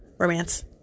romance